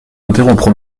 interrompre